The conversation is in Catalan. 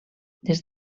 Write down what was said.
des